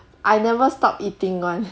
I never stop eating [one]